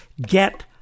get